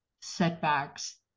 setbacks